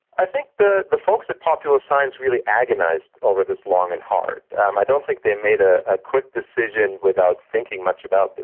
i think the the folks at popular science really agonised over this long and hard. um i don't think they made ah a quick decision without thinking much about this,